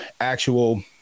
actual